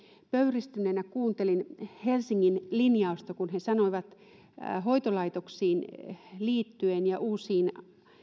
pöyristyneenä kuuntelin helsingin linjausta kun he sanoivat hoitolaitoksiin liittyen ja uusiin